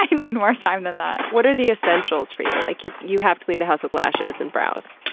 like and need more time than that. what are the essentials for you? like you you have to leave the house with lashes and brows,